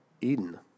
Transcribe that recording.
Eden